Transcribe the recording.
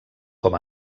com